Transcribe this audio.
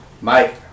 Mike